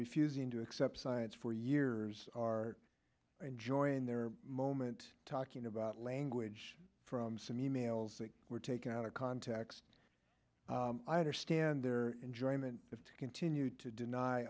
refusing to accept science for years are enjoying their moment talking about language from some e mails that were taken out of context i understand enjoyment continued to deny